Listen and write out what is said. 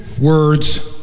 words